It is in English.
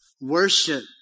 worship